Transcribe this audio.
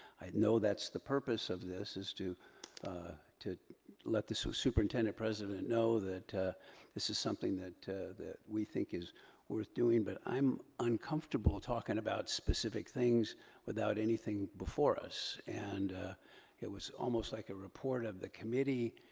i know that's the purpose of this, is to to let the so superintendent-president know that this is something that that we think is worth doing, but i'm uncomfortable talking about specific things without anything before us. and it was almost like a report of the committee,